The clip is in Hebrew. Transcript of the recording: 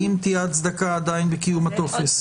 האם תהיה הצדקה לקיום הטופס?